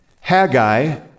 Haggai